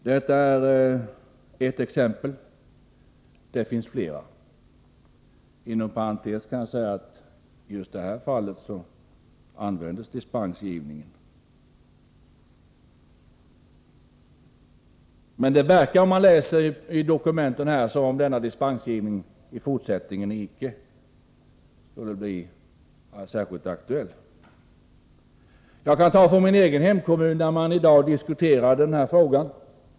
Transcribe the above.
Detta är ett exempel — det finns flera. Jag kan som exempel ta min egen hemkommun, där man i dag diskuterar den här frågan.